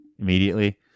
immediately